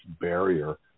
Barrier